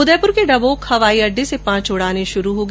उदयपुर के डंबोक हवाई अड्डे से पांच उड़ाने शुरू होगी